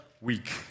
week